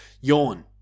yawn